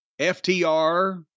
FTR